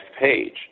page